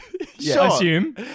Assume